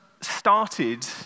started